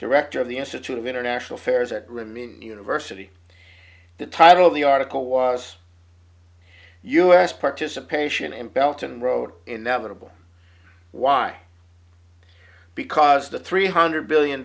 director of the institute of international affairs at rimini university the title of the article was u s participation in belton road inevitable why because the three hundred billion